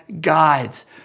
guides